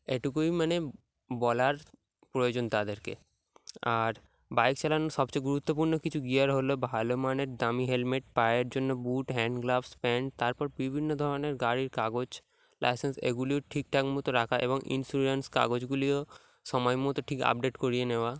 এটুকুই মানে বলার প্রয়োজন তাদেরকে আর বাইক চালানোর সবচেয়ে গুরুত্বপূর্ণ কিছু গিয়ার হলো ভালো মানের দামি হেলমেট পায়ের জন্য হ্যান্ড গ্লাভস প্যান্ট তারপর বিভিন্ন ধরনের গাড়ির কাগজ লাইসেন্স এগুলিও ঠিক ঠাক মতো রাখা এবং ইন্স্যুরেন্স কাগজগুলিও সময় মতো ঠিক আপডেট করিয়ে নেওয়া